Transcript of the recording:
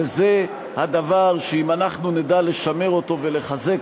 וזה הדבר שאם אנחנו נדע לשמר אותו ולחזק